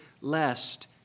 lest